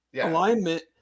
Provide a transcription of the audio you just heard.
alignment